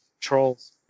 trolls